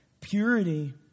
Purity